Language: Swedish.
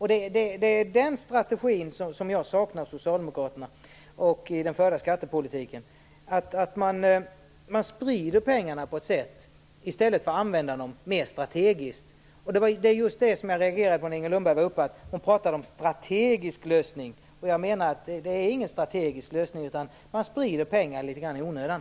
Det är den strategin som jag saknar hos Socialdemokraterna och i den förda skattepolitiken. Man sprider pengarna i stället för att använda dem mer strategiskt. Det är just det jag reagerade på när Inger Lundberg var uppe i talarstolen. Hon pratade om att det var en strategisk lösning, men jag menar att det inte är någon strategisk lösning. Man sprider pengar i onödan.